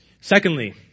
Secondly